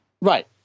right